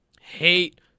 Hate